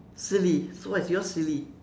silly so what is your silly